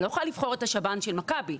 אני לא יכולה לבחור את השב"ן של מכבי.